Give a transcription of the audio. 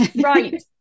Right